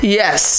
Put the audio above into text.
yes